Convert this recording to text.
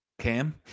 Cam